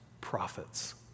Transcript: prophets